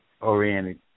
oriented